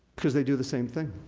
cause they do the same thing.